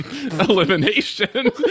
elimination